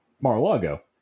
Mar-a-Lago